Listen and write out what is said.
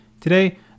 Today